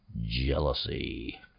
jealousy